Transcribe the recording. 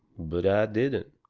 but i didn't.